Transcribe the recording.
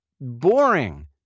boring